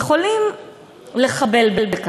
אני שואלת שאלה אמיתית.